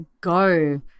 go